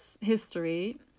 history